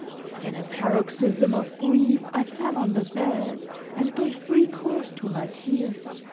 in a paroxysm of grief i fell on the bed and gave free course to my tears.